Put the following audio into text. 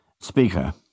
speaker